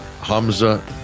Hamza